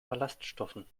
ballaststoffen